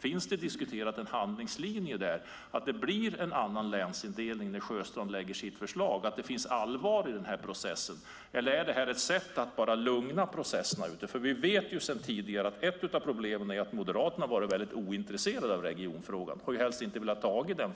Finns det en handlingslinje, att det blir en annan länsindelning när Sjöstrand lägger fram sitt förslag så att det framgår att det finns ett allvar i processen? Är det här ett sätt att lugna processerna? Vi vet sedan tidigare att ett av problemen har varit att Moderaterna har varit ointresserade av regionfrågan och helst inte velat ta i den.